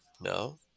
no